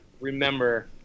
remember